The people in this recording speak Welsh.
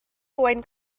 owain